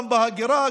גם בהגירה,